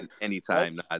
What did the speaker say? anytime